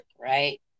Right